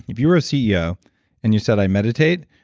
if you were a ceo and you said, i meditate,